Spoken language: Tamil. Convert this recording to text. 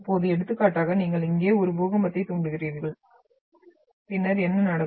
இப்போது எடுத்துக்காட்டாக நீங்கள் இங்கே ஒரு பூகம்பத்தைத் தூண்டுகிறீர்கள் பின்னர் என்ன நடக்கும்